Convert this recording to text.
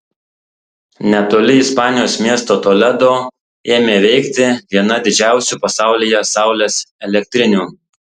netoli ispanijos miesto toledo ėmė veikti viena didžiausių pasaulyje saulės elektrinių